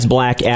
Black